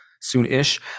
soon-ish